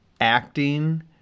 acting